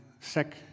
sick